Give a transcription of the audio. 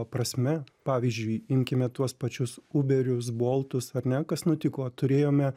prasme pavyzdžiui imkime tuos pačius ūberius boltus ar ne kas nutiko turėjome